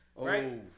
Right